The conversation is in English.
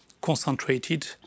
concentrated